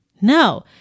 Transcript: no